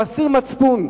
הוא אסיר מצפון.